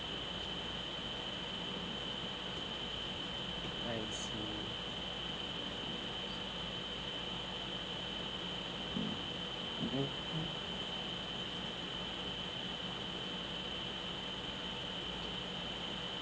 I see mmhmm